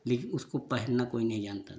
लेकिन उसको पहनना कोई नहीं जानता था